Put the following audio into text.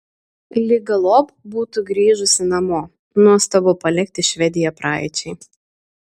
lyg galop būtų grįžusi namo nuostabu palikti švediją praeičiai